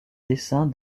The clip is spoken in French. dessin